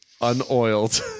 unoiled